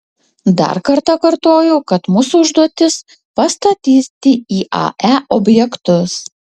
dar kartą kartoju kad mūsų užduotis pastatyti iae objektus